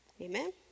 amen